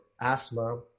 asthma